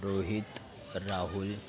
Rohit Rahul